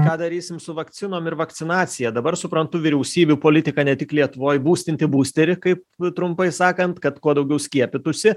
ką darysim su vakcinom ir vakcinacija dabar suprantu vyriausybių politika ne tik lietuvoj būstinti būsterį kaip nu trumpai sakant kad kuo daugiau skiepytųsi